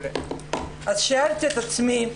שאלתי את עצמי,